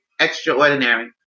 extraordinary